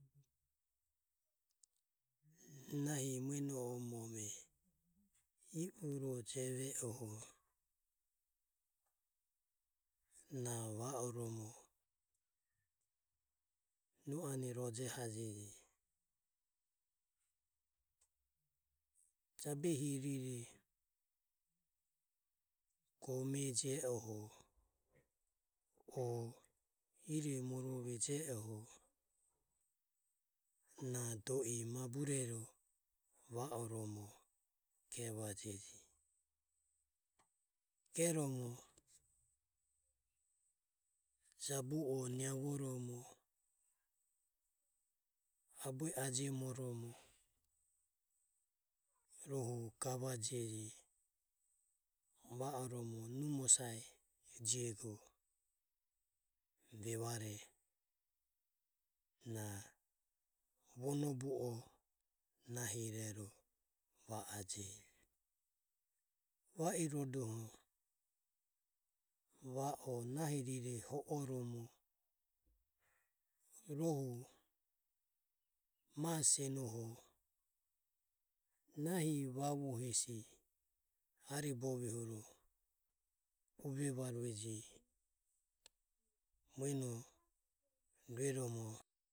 Nahi mueno omo ome i u re jeve oho na va oromo nu ane rojehajege jabehi rire gome je oho o iro morove je oho do i maburero gevajege. Geromo jabu o naivoromo abue ajemoromo rohu gavajeje va oromo numo sae jego vevare na onobu o nahirero va ajeje. Va irodoho nahi rire hororomo rohu ma senoho nahi vavu hesi aribovi ro uevarueje mueno rueromo.